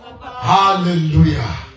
hallelujah